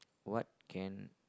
what can